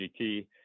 GT